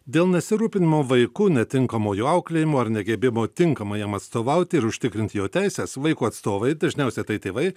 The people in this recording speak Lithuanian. dėl nesirūpinimo vaiku netinkamo jų auklėjimo ar negebėjimo tinkamai jam atstovauti ir užtikrinti jo teises vaiko atstovai dažniausiai tai tėvai